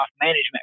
management